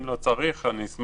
אם לא צריך, אני אשמח.